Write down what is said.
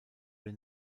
den